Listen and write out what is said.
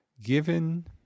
given